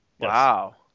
wow